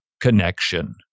connection